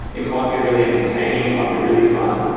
it might be really entertaining and might be really fun,